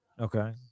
okay